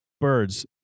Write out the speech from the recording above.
birds